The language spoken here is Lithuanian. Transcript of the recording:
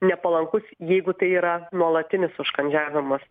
nepalankus jeigu tai yra nuolatinis užkandžiavimas